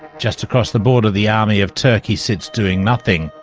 just across the border, the army of turkey sits doing nothing.